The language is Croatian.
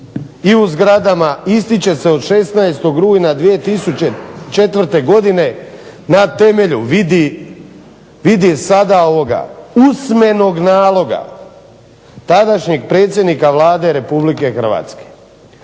i u zgrada ističe se od 16. Rujna 2004. Godine na temelju vidi sada ovoga usmenog naloga tadašnjeg predsjednika Vlade RH. Dakle,